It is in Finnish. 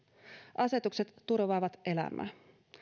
asetukset turvaavat elämää